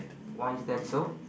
why is that so